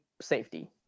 safety